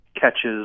catches